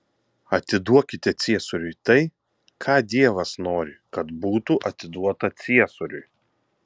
atiduokite ciesoriui tai ką dievas nori kad būtų atiduota ciesoriui